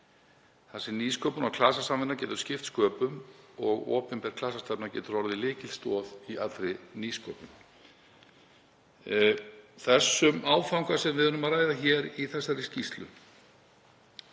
sem nýsköpun og klasasamvinna getur skipt sköpum og opinber klasastefna getur orðið lykilstoð í allri nýsköpun. Þeim áfanga sem við ræðum í þessari skýrslu